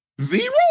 Zero